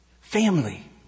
Family